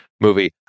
movie